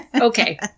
Okay